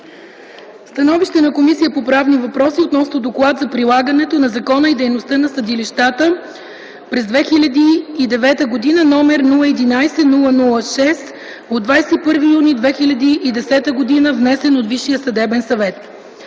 „СТАНОВИЩЕ на Комисията по правни въпроси относно Доклад за прилагането на закона и за дейността на съдилищата през 2009 г., № 011-00-6, от 21 юни 2010 г., внесен от Висшия съдебен съвет